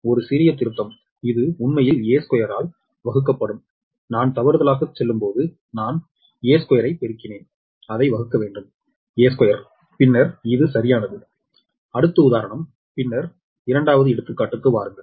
ஒரு சிறிய திருத்தம் இது உண்மையில் இது a2 ஆல் வகுக்கப்படும் நான் தவறுதலாகச் செல்லும்போது நான் a2 ஐ பெருக்கினேன் அதை வகுக்க வேண்டும் a2 பின்னர் இது சரியானது அடுத்து உதாரணம் பின்னர் இரண்டாவது எடுத்துக்காட்டுக்கு வாருங்கள்